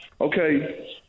okay